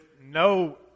no